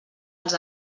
els